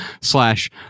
slash